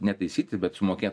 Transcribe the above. netaisyti bet sumokėt